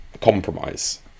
compromise